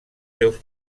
seus